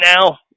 now